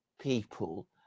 people